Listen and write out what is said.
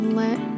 let